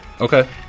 Okay